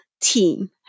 team